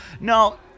No